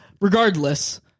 Regardless